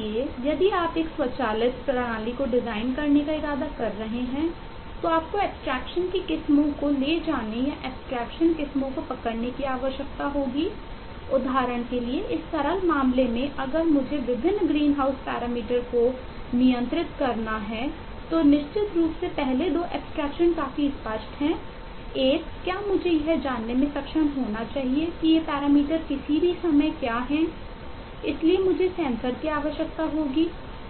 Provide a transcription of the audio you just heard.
इसलिए यदि आप एक स्वचालित प्रणाली को डिजाइन करने का इरादा कर रहे हैं तो आपको एब्स्ट्रेक्शन की आवश्यकता होगी